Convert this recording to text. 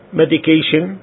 medication